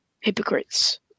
hypocrites